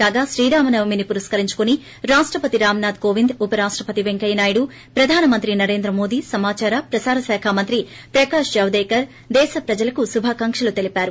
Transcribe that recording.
కాగా శ్రీరామ నవమిని పురస్కరించుకొని రాష్టపతి రామ్ నాథ్ కోవింద్ ఉప రాష్టపతి వెంకయ్య నాయుడు ప్రధానమంత్రి నరేంద్ర మోడీ సమాచార ప్రసార శాఖ మంత్రి ప్రకాష్ జవదేకర్ దేశ ప్రజలకు శుభాకాంకలు తెలిపారు